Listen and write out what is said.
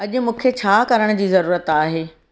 अॼ मूंखे छा करण जी ज़रूरत आहे